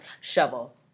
Shovel